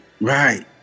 right